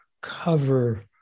cover